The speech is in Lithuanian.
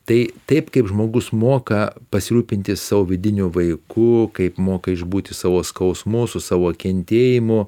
tai taip kaip žmogus moka pasirūpinti savo vidiniu vaiku kaip moka išbūti savo skausmu su savo kentėjimu